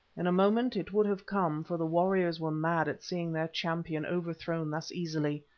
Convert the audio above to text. in a moment it would have come, for the warriors were mad at seeing their champion overthrown thus easily.